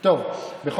מי